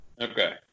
Okay